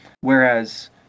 Whereas